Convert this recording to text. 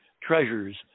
treasures